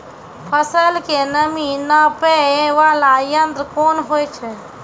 फसल के नमी नापैय वाला यंत्र कोन होय छै